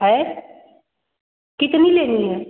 है कितनी लेनी है